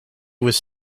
was